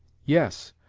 yes,